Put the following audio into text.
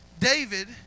David